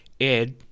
Ed